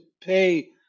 pay